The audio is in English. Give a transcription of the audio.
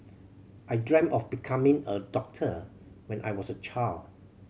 I dreamt of becoming a doctor when I was a child